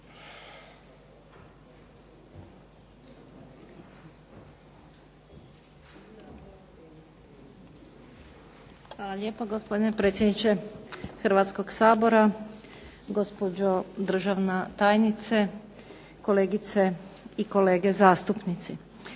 Hvala lijepo gospodine predsjedniče Hrvatskog sabora. Gospođo državna tajnice. Kolegice i kolege zastupnici.